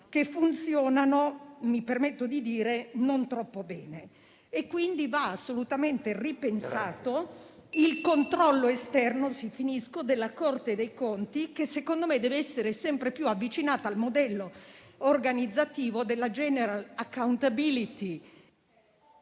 che funzionano - mi permetto di dire - non troppo bene. Quindi, va assolutamente ripensato il controllo esterno della Corte dei conti che, secondo me, deve essere sempre più avvicinato al modello organizzativo del Government accountability